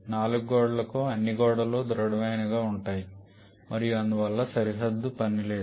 నాలుగు గోడలకు అన్ని గోడలు దృడమైనవిగా ఉంటాయి మరియు అందువల్ల సరిహద్దు పని లేదు